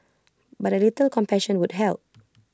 but A little compassion would help